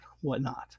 whatnot